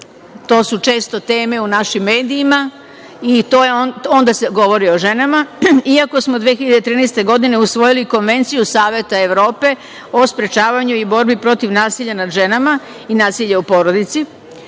to su često teme u našim medijima i to se onda govori o ženama, iako smo 2013. godine usvojili Konvenciju Saveta Evrope o sprečavanju i borbi protiv nasilja nad ženama i nasilja u porodici,